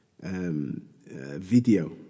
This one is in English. video